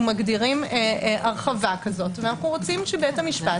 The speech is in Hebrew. מגדירים הרחבה כזו ואנו רוצים שבית המשפט